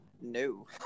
No